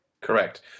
Correct